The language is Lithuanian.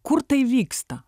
kur tai vyksta